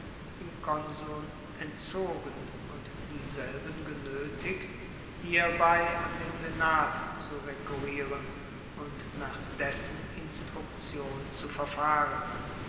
den konsuln entzogen und dieselben genoetigt hierbei an den senat zu rekurrieren und nach dessen instruktion zu verfahren